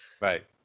Right